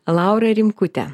laurą rimkutę